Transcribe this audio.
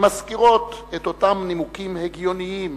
שמזכירות את אותם נימוקים "הגיוניים"